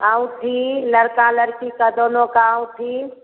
अंगूठी लड़का लड़की की दोनों की अंगूठी